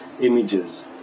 images